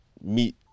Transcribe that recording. meet